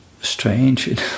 strange